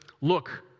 Look